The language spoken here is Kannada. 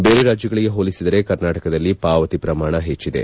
ಬೇರೆ ರಾಜ್ಯಗಳಿಗೆ ಹೋಲಿಸಿದರೆ ಕರ್ನಾಟಕದಲ್ಲಿ ಪಾವತಿ ಪ್ರಮಾಣ ಹೆಚ್ಚಿದೆ